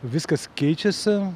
viskas keičiasi